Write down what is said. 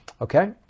okay